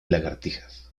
lagartijas